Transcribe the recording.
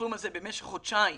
בתשלום הזה במשך חודשיים,